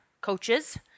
coaches